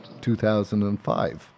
2005